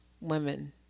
Women